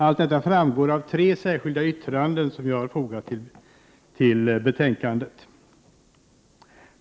Allt detta framgår av de tre särskilda yttranden som vi har fogat till betänkandet.